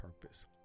purpose